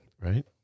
right